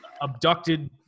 abducted